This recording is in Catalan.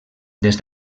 des